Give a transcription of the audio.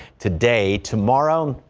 today tomorrow.